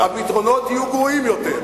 הפתרונות יהיו גרועים יותר.